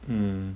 mm